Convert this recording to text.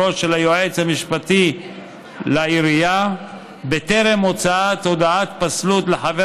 היועץ המשפטי לעירייה בטרם הוצאת הודעת פסלות לחבר